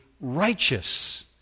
righteous